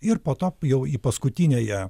ir po to jau ji paskutiniąją